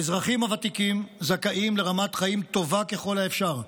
האזרחים הוותיקים זכאים לרמת חיים טובה ככל האפשר,